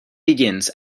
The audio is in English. begins